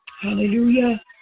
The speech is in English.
Hallelujah